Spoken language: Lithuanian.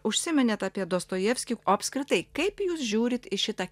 užsiminėt apie dostojevskį o apskritai kaip jūs žiūrite į šitą